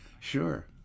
sure